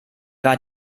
war